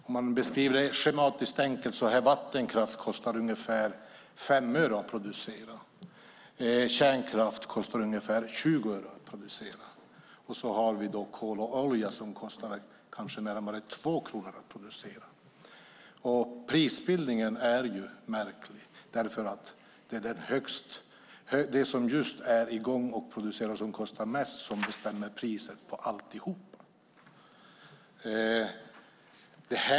Om man beskriver det schematiskt och enkelt kostar vattenkraft ungefär 5 öre att producera, kärnkraft ungefär 20 öre och kol och olja kanske närmare 2 kronor. Prisbildningen är märklig, därför att den produktion som kostar mest bestämmer priset på alltihop.